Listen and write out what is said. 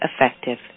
effective